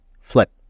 flip